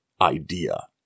idea